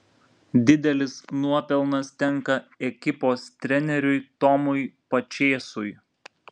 didelis nuopelnas tenka ekipos treneriui tomui pačėsui